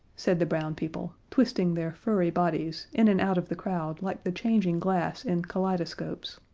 said the brown people, twisting their furry bodies in and out of the crowd like the changing glass in kaleidoscopes.